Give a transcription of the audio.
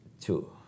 Two